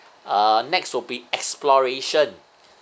uh next will be exploration